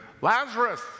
Lazarus